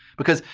because,